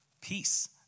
peace